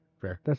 fair